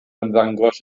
ymddangos